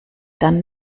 dann